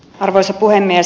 arvoisa puhemies